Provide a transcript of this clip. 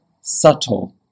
subtle